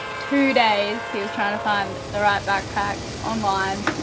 two days he was trying to find the right backpack online,